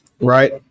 right